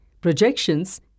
projections